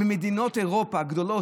במדינות אירופה הגדולות,